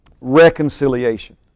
Reconciliation